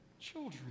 children